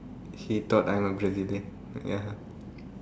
he thought I'm a Brazilian ya